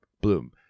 bloom